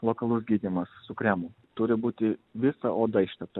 lokalus gydymas su kremu turi būti visa oda ištepta